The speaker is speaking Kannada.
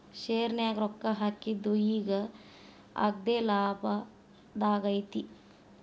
ಶೆರ್ನ್ಯಾಗ ರೊಕ್ಕಾ ಹಾಕಿದ್ದು ಈಗ್ ಅಗ್ದೇಲಾಭದಾಗೈತಿ